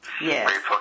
yes